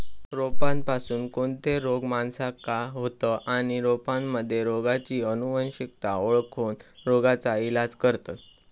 रोपांपासून कोणते रोग माणसाका होतं आणि रोपांमध्ये रोगाची अनुवंशिकता ओळखोन रोगाचा इलाज करतत